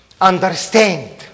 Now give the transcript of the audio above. understand